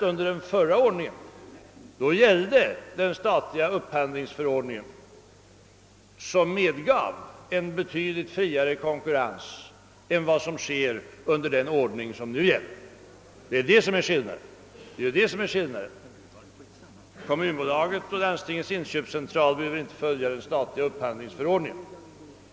Tidigare tillämpades nämligen den statliga upphandlingsförordningen, vilken medgav en betydligt friare konkurrens än vad som är fallet med den ordning som nu gäller för upphandlingen. Skillnaden är alltså att Kommunaktiebolaget och Landstingens inköpscentral inte behöver följa den statliga upphandlingsförordningen.